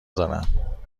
دارم